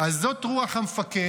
אז זאת רוח המפקד.